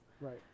right